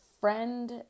friend